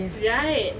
right